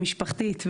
המשפחתית,